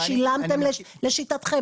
מה שילמתם לשיטתכם,